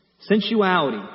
Sensuality